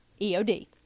EOD